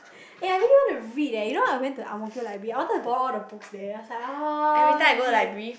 eh I really want to read eh you know I went to Ang-Mo-Kio library I wanted to borrow all the books there is like ah read